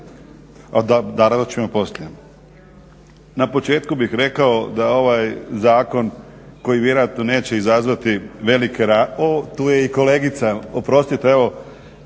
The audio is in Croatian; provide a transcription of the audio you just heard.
o darovima ćemo poslije. Na početku bih rekao da ovaj zakon koji vjerojatno neće izazvati velike rasprave, o tu je i kolegica oprostite evo